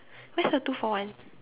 where's the two for one